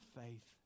faith